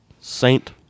Saint